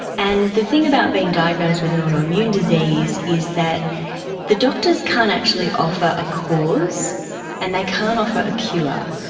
and the thing about being diagnosed with an autoimmune disease is that the doctors can't actually offer a cause and they can't offer a cure.